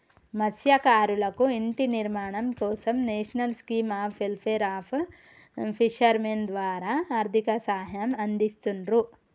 మత్స్యకారులకు ఇంటి నిర్మాణం కోసం national scheme of welfare of fishermen ద్వారా ఆర్థిక సహాయం అందిస్తున్రు